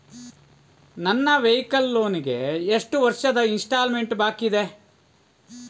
ನನ್ನ vehicle loan ಗೆ ಎಷ್ಟು ವರ್ಷದ ಇನ್ಸ್ಟಾಲ್ಮೆಂಟ್ ಬಾಕಿ ಇದೆ?